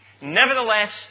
nevertheless